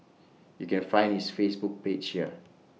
you can find his Facebook page here